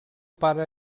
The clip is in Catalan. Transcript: pare